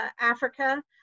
Africa